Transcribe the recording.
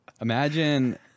Imagine